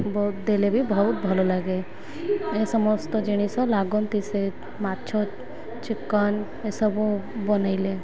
ବହୁତ ଦେଲେ ବି ବହୁତ ଭଲ ଲାଗେ ଏ ସମସ୍ତ ଜିନିଷ ଲାଗନ୍ତି ସେ ମାଛ ଚିକେନ୍ ଏସବୁ ବନେଇଲେ